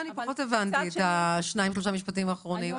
את השניים, שלושה משפטים האחרונים פחות הבנתי.